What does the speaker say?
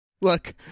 Look